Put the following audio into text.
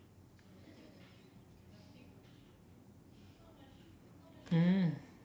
mm